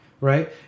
Right